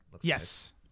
Yes